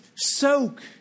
Soak